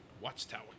Watchtower